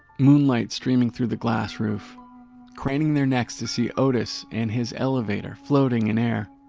moonlight streaming through the glass roof craning their necks to see otis and his elevator floating in air.